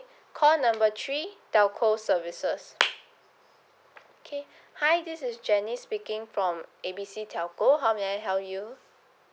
call number three telco services okay hi this is jenny speaking from A B C telco how may I help you